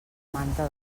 manta